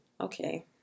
okay